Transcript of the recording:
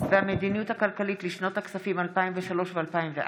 והמדיניות הכלכלית לשנות הכספים 2003 ו-2004)